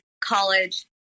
college